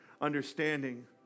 understanding